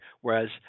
whereas